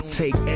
take